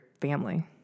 family